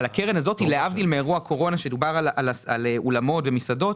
להבדיל מאירוע הקורונה שדובר על אולמות ומסעדות,